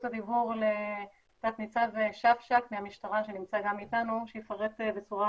הדיבור לתת ניצב שפשק מהמשטרה שנמצא גם איתנו שיפרט בצורה